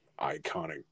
iconic